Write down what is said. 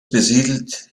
besiedelt